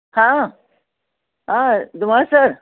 हां अ धुमाळ सर